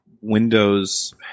Windows